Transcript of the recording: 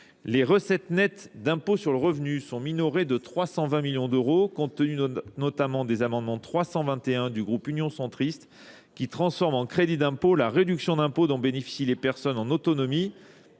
Les recettes nettes d'impôts sur le revenu sont minorées de 320 millions d'euros, compte tenu notamment des amendements 321 du groupe union-centriste qui transforme en crédit d'impôts la réduction d'impôts dont bénéficient les personnes en autonomie